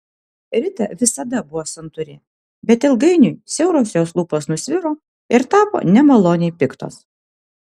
rita visada buvo santūri bet ilgainiui siauros jos lūpos nusviro ir tapo nemaloniai piktos